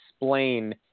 explain